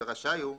ורשאי הוא,